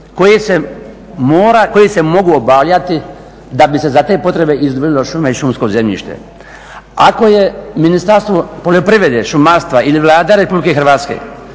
koje se mogu obavljati da bi se za te potrebe izdvojilo šume i šumsko zemljište. Ako je Ministarstvo poljoprivrede, šumarstva ili Vlada Republike Hrvatske